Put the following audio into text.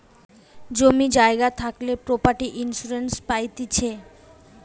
জমি জায়গা থাকলে প্রপার্টি ইন্সুরেন্স পাইতিছে